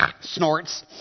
snorts